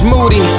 Moody